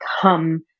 come